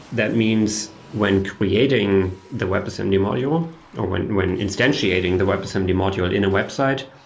that means when creating the webassembly module or when when instantiating the webassembly module in a website,